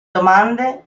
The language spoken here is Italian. domande